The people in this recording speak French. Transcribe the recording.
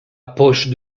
poche